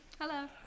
Hello